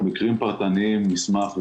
מקרים פרטניים נשמח,